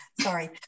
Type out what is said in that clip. sorry